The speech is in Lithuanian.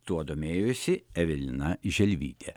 tuo domėjosi evelina želvytė